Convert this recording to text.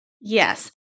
Yes